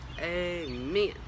amen